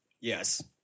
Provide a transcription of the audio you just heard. Yes